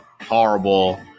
horrible